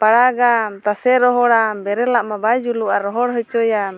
ᱯᱟᱲᱟᱜᱟᱢ ᱛᱟᱥᱮ ᱨᱚᱦᱚᱲᱟᱢ ᱵᱮᱨᱮᱞᱟᱜᱼᱢᱟ ᱵᱟᱭ ᱡᱩᱞᱩᱜᱼᱟ ᱨᱚᱦᱚᱲ ᱦᱚᱪᱚᱭᱟᱢ